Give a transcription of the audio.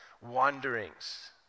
wanderings